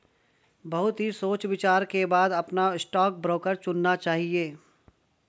बहुत ही सोच विचार के बाद अपना स्टॉक ब्रोकर चुनना चाहिए